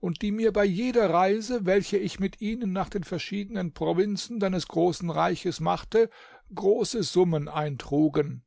und die mir bei jeder reise welche ich mit ihnen nach den verschiedenen provinzen deines großen reiches machte große summen eintrugen